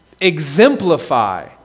exemplify